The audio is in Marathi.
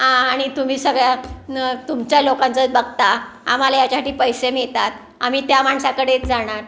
आणि तुम्ही सगळ्या नं तुमच्या लोकांचं बघता आम्हाला याच्यासाठी पैसे मिळतात आम्ही त्या माणसाकडेच जाणार